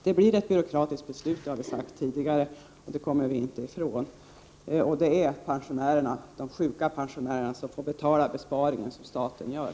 Det blir, som vi har sagt tidigare, ett byråkratiskt beslut, det kommer vi inte ifrån, och det blir de sjuka pensionärerna som får betala statens besparingar.